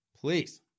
please